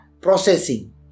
processing